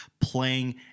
playing